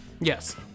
Yes